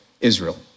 Israel